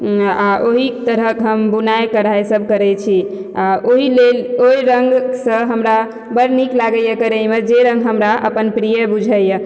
आओर ओही तरहक हम बुनाइ कढ़ाइ सब करय छी आओर ओइ लेल ओइ रङ्गसँ हमरा बड़ नीक लागइए करयमे जे रङ्ग हमरा अपन प्रिय बुझय यऽ